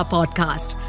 Podcast